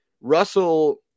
Russell